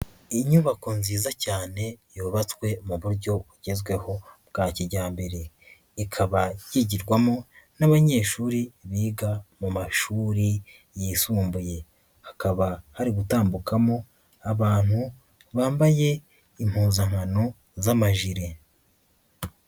Inyubako nziza cyane yubatswe mu buryo bugezweho bwa kijyambere, ikaba yigirwamo n'abanyeshuri biga mu mashuri yisumbuye, hakaba hari gutambukamo abantu bambaye impuzankano z'amajiri.